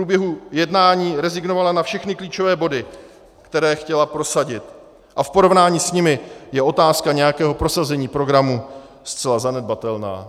V průběhu jednání rezignovala na všechny klíčové body, které chtěla prosadit, a v porovnání s nimi je otázka nějakého prosazení programu zcela zanedbatelná.